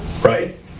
Right